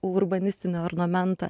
urbanistinį ornamentą